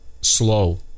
slow